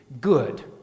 Good